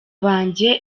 banjye